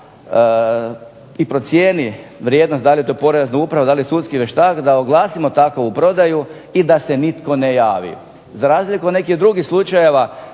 i procijeni vrijednost da li je to porezna uprava, da li sudski vještak, da oglasimo takvu prodaju i da se nitko ne javi. Za razliku od nekih drugih slučajeva